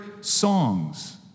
songs